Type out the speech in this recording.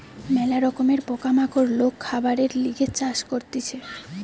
ম্যালা রকমের পোকা মাকড় লোক খাবারের লিগে চাষ করতিছে